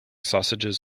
sausages